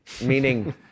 Meaning